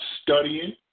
studying